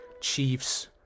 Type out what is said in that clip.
Chiefs